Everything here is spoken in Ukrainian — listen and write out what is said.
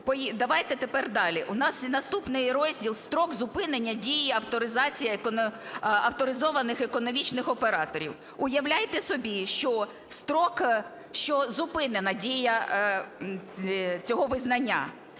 Давайте тепер далі. У нас і наступний розділ "Строк зупинення дії авторизованих економічних операторів". Уявляєте собі, що строк... що зупинена дія цього визнання.